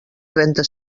trenta